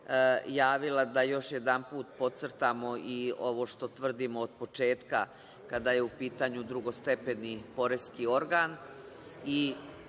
javila, da još jedan put pocrtamo i ovo što trvdimo od početka, kada je u pitanju drugostepeni poreski